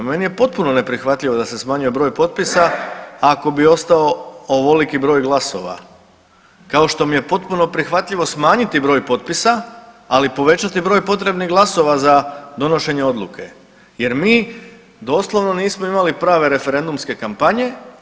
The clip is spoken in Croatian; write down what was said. Meni je potpuno neprihvatljivo da se smanjuje broj potpisa ako bi ostao ovoliki broj glasova, kao što mi je potpuno prihvatljivo smanjiti broj potpisa, ali povećati broj potrebnih glasova za donošenje odluke, jer mi doslovno nismo imali prave referendumske kampanje.